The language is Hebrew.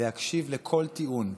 להקשיב לכל טיעון,